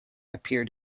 appeared